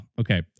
okay